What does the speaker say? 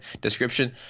description